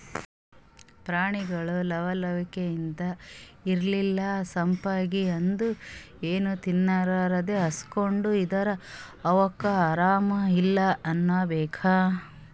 ಪ್ರಾಣಿಗೊಳ್ ಲವ್ ಲವಿಕೆಲಿಂತ್ ಇರ್ಲಿಲ್ಲ ಸಪ್ಪಗ್ ಇದ್ದು ಏನೂ ತಿನ್ಲಾರದೇ ಹಸ್ಕೊಂಡ್ ಇದ್ದರ್ ಅವಕ್ಕ್ ಆರಾಮ್ ಇಲ್ಲಾ ಅನ್ಕೋಬೇಕ್